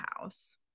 house